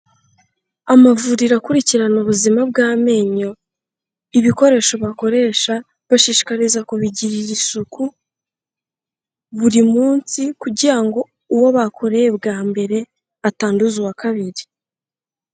Amavuriro akurikirana ubuzima bw'amenyo, ibikoresho bakoresha, bashishikariza kubigirira isuku, buri munsi, kugira ngo uwo bakoreye bwa mbere, atanduza uwa kabiri.